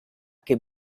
che